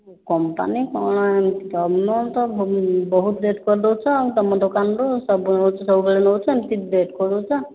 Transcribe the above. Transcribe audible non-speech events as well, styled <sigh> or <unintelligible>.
company କ'ଣ ତୁମର ତ ବହୁତ ରେଟ୍ କରିଦେଉଛ ଆଉ ତୁମ ଦୋକାନରୁ <unintelligible> ସବୁବେଳେ ନେଉଛନ୍ତି ରେଟ୍ କରି ଦେଉଛ